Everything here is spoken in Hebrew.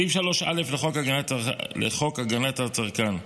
סעיף 3(א) לחוק הכנסת הצרכן,